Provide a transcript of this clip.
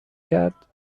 کرد